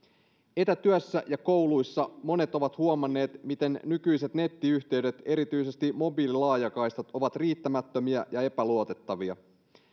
etätyössä ja kouluissa monet ovat huomanneet miten nykyiset nettiyhteydet erityisesti mobiililaajakaistat ovat riittämättömiä ja epäluotettavia